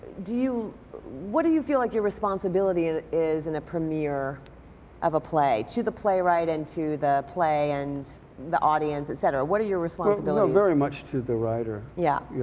do you what do you feel like your responsibility is in a premiere of a play? to the playwright and to play and the audience, et cetera? what are your responsibilities? very much to the writer, yeah yeah.